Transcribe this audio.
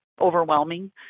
overwhelming